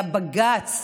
היה בג"ץ